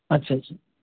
আচ্ছা আচ্ছা